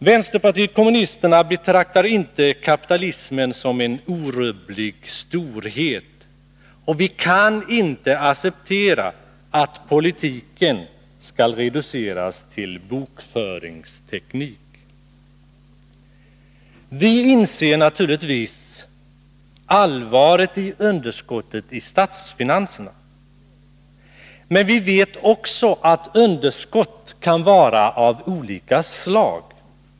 Vänsterpartiet kommunisterna betraktar inte kapitalismen som en orubblig storhet, och vi kan inte acceptera att politiken reduceras till bokföringsteknik. Vi inser naturligtvis allvaret i underskottet i statsfinanserna. Men vi vet också att underskott kan vara av olika slag.